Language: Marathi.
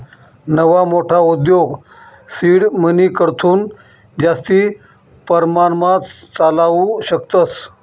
नवा मोठा उद्योग सीड मनीकडथून जास्ती परमाणमा चालावू शकतस